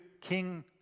King